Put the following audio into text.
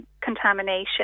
contamination